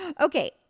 Okay